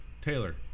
Taylor